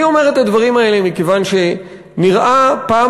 אני אומר את הדברים האלה מכיוון שנראה פעם